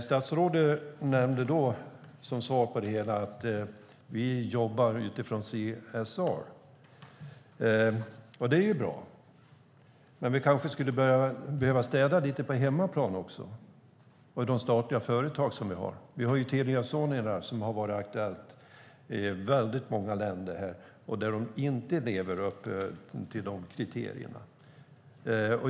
Statsrådet svarade att vi jobbar utifrån CSR. Det är ju bra, men vi kanske skulle behöva städa lite på hemmaplan också, i de statliga företag vi har. Vi har Telia Sonera som har varit aktuella i många länder där de inte lever upp till kriterierna.